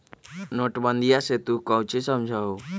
नोटबंदीया से तू काउची समझा हुँ?